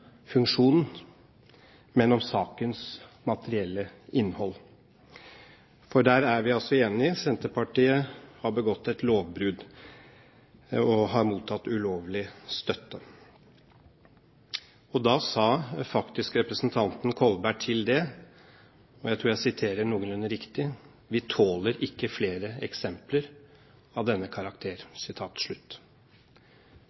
kontrollfunksjonen, men om sakens materielle innhold. For der er vi enige, Senterpartiet har begått et lovbrudd og har mottatt ulovlig støtte. Representanten sa faktisk til det, og jeg tror jeg siterer noenlunde riktig: Vi tåler ikke flere eksempler av denne karakter.